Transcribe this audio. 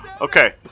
Okay